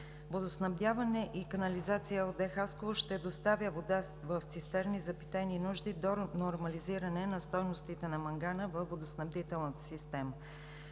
„Водоснабдяване и канализация“ ЕООД – Хасково ще доставя вода в цистерни за питейни нужди до нормализиране на стойностите на мангана във водоснабдителната система.